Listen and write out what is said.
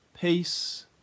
peace